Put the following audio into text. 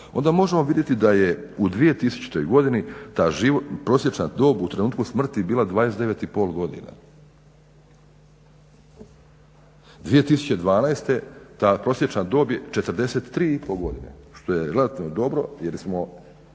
onda možemo vidjeti da je u 2000. godini ta prosječna dob u trenutku smrti bila 29,5 godina. 2012. ta prosječna dob je 43,5 godine što je relativno dobro jer se